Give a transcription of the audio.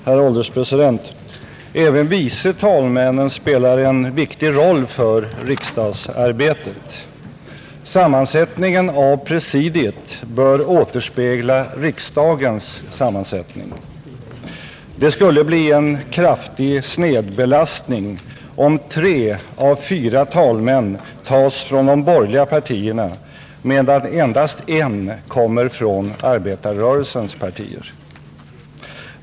Herr ålderspresident! Även vice talmännen spelar en viktig roll för riksdagsarbetet. Sammansättningen av presidiet bör återspegla riksdagens sammansättning. Det skulle bli en kraftig snedbelastning, om tre av fyra talmän tas från de borgerliga partierna, medan endast en kommer från arbetarrörelsen.